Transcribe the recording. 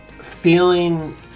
feeling